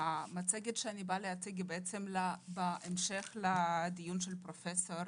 המצגת שאני אציג לכם היא המשך לדיון של פרופסור